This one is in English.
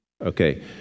Okay